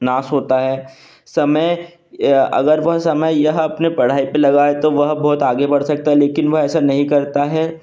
नाश होता है समय अगर वह समय यह अपने पढ़ाई पर लगाए तो वह बहुत आगे बढ़ सकता है लेकिन वह ऐसा नहीं करता है